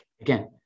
again